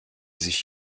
sich